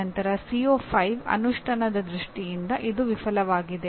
ನಂತರ CO5 ಅನುಷ್ಠಾನದ ದೃಷ್ಟಿಯಿಂದ ಅದು ವಿಫಲವಾಗಿದೆ